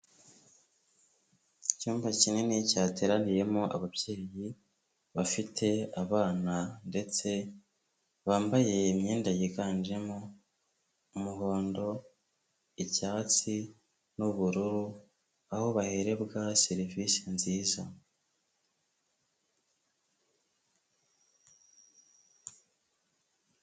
Icyumba kinini cyateraniyemo ababyeyi bafite abana ndetse bambaye imyenda yiganjemo umuhondo, icyatsi n'ubururu aho bahererwa serivise nziza.